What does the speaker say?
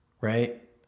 Right